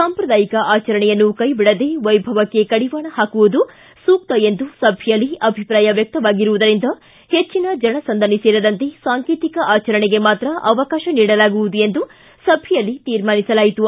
ಸಾಂಪ್ರದಾಯಿಕ ಆಚರಣೆಯನ್ನು ಕೈ ಬಿಡದೆ ವೈಭವಕ್ಕೆ ಕಡಿವಾಣ ಹಾಕುವುದು ಸೂಕ್ತ ಎಂದು ಸಭೆಯಲ್ಲಿ ಅಭಿಪ್ರಾಯ ವ್ಯಕ್ತವಾಗಿರುವುದರಿಂದ ಹೆಚ್ಚನ ಜನಸಂದಣಿ ಸೇರದಂತೆ ಸಾಂಕೇತಿಕ ಆಚರಣೆಗೆ ಮಾತ್ರ ಅವಕಾಶ ನೀಡಲಾಗುವುದು ಎಂದು ಸಭೆಯಲ್ಲಿ ತೀರ್ಮಾನಿಸಲಾಯಿತು